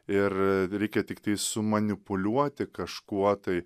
ir reikia tiktai sumanipuliuoti kažkuo tai